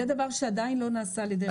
זה דבר שעדיין לא נעשה על ידי רשות המיסים.